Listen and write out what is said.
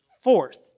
Fourth